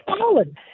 fallen